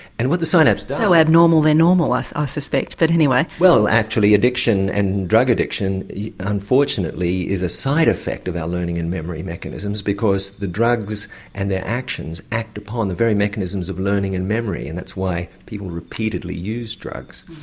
and what the synapse does. so abnormal they're normal i ah suspect, but anyway. well actually addiction and drug addiction unfortunately is a side effect of our learning and memory mechanisms because the drugs and their actions act. upon the very mechanisms of learning and memory, and that's why people repeatedly use drugs.